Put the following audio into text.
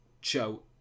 show